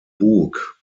bug